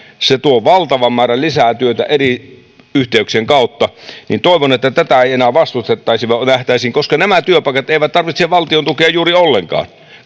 tuovat valtavan määrän lisää työtä eri yhteyksien kautta toivon että tätä ei ei enää vastustettaisi koska nämä työpaikat eivät tarvitse valtion tukea juuri ollenkaan